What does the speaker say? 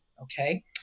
okay